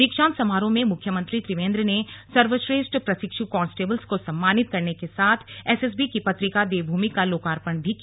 दीक्षांत समारोह में मुख्यमंत्री त्रिवेन्द्र ने सर्वश्रेष्ठ प्रशिक्षु कांस्टेबल्स को सम्मानित करने के साथ एसएसबी की पत्रिका देवभूमि का लोकार्पण भी किया